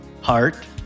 heart